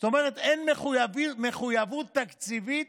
זאת אומרת, אין מחויבות תקציבית